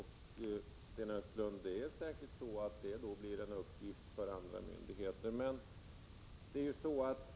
Herr talman! Det är säkert så, Sten Östlund, att det då blir en uppgift för andra myndigheter.